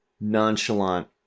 nonchalant